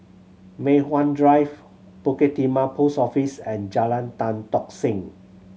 Mei Hwan Drive Bukit Timah Post Office and Jalan Tan Tock Seng